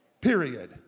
period